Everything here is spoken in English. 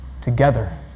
together